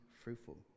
fruitful